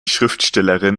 schriftstellerin